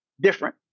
Different